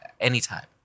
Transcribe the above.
Anytime